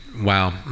wow